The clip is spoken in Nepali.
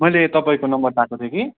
मैले तपाईँको नम्बर पाएको थिएँ कि